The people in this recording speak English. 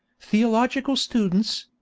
theological students,